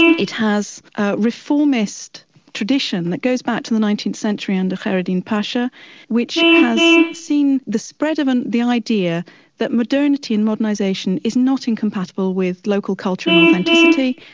it has reformist tradition that goes back to the nineteenth century under khaireddine pasha which has seen the spread of and the idea that modernity, and modernisation, is not incompatible with local culture and authenticity,